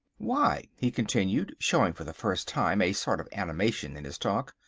why, he continued, showing for the first time a sort of animation in his talk,